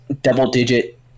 double-digit